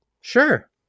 sure